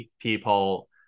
people